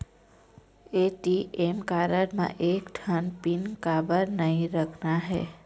ATM card म एक ठन पिन काबर नई रखना हे?